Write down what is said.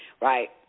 Right